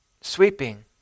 sweeping